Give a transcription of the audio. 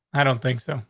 i don't think so.